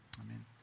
Amen